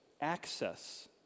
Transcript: access